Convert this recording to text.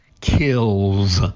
kills